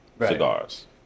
cigars